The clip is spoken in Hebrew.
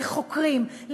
לחוקרים,